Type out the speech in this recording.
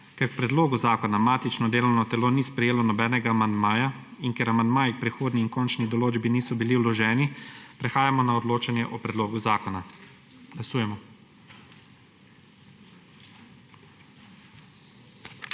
Ker k predlogu zakona matično delovno telo ni sprejelo nobenega amandmaja in ker amandmaji k prehodni in končni določbi niso bili vloženi, prehajamo na odločanje o predlogu zakona. Glasujemo.